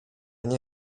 nie